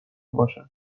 باشد